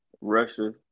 Russia